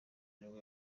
nibwo